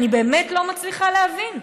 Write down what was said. אני באמת לא מצליחה להבין.